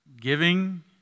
Giving